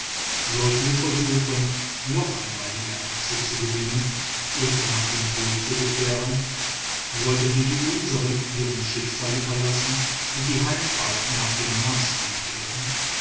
sollten wir versuchen noch einmal die erdachse zu gewinnen und nach dem pol zurückzukehren sollten wir die unseren ihrem schicksal überlassen und die heimreise nach dem mars antreten